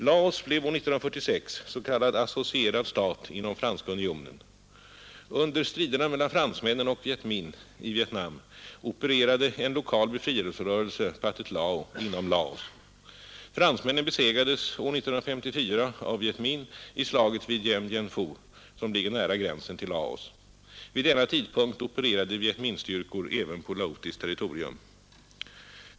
Laos blev år 1946 s.k. associerad stat inom Franska unionen. Under striderna mellan fransmännen och Vietminh i Vietnam opererade en lokal befrielserörelse, Pathet Lao, inom Laos. Fransmännen besegrades år 1954 av Vietminh i slaget vid Dien Bien-Phu, som ligger nära gränsen till Laos. Vid denna tidpunkt opererade Vietminh-styrkor även på laotiskt territorium.